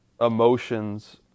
emotions